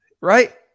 right